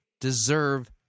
deserve